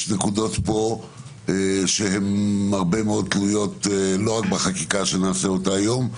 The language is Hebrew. יש פה הרבה מאוד נקודות שתלויות לא רק בחקיקה שנעשה אותה היום,